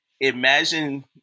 Imagine